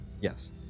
yes